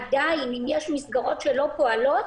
עדיין, אם יש מסגרות שלא פועלות,